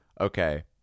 okay